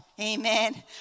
amen